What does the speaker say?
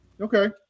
Okay